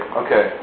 okay